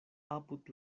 apud